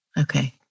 Okay